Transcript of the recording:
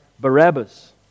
Barabbas